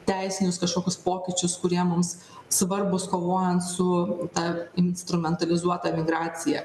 teisinius kažkokius pokyčius kurie mums svarbūs kovojant su ta instrumentalizuota migracija